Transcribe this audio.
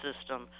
system